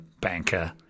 banker